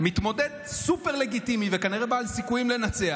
מתמודד סופר-לגיטימי וכנראה בעל סיכויים לנצח,